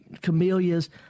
camellias